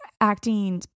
acting